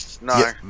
No